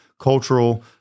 cultural